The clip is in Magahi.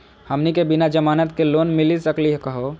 हमनी के बिना जमानत के लोन मिली सकली क हो?